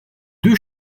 deux